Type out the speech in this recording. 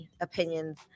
opinions